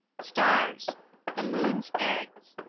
stars the moon's eggs.